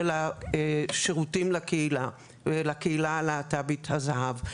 השירותים לקהילה הלהט"בית בגיל הזהב,